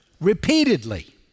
repeatedly